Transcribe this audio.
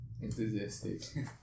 enthusiastic